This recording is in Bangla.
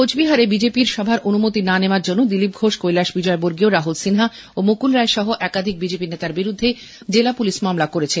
কোচবিহারে বিজেপির সভার অনুমতি না দেওয়ার জন্য দিলীপ ঘোষ কৈলাস বিজয়বর্গীয় রাহুল সিনহা ও মুকুল রায় সহ একাধিক বিজেপি নেতার বিরুদ্ধে জেলা পুলিশ মামলা করেছে